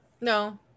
no